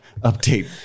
update